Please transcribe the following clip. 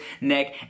neck